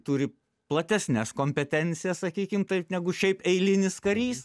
turi platesnes kompetencijas sakykim taip negu šiaip eilinis karys